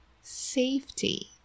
Safety